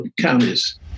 counties